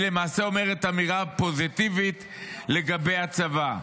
היא למעשה אומרת אמירה פוזיטיבית לגבי הצבא.